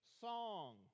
song